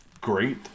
great